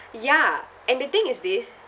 ya and the thing is this